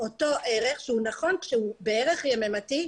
אותו ערך שכאשר הוא בערך יממתי,